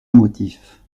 motif